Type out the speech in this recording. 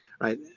right